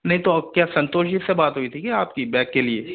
नहीं तो अब क्या संतोष जी से बात हुई थी क्या आपकी बैग के लिए